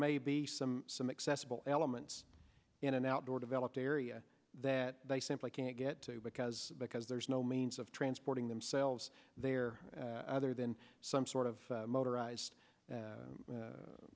may be some some accessible elements in an outdoor developed area that they simply can't get to because because there's no means of transporting themselves there other than some sort of motorized